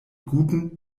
guten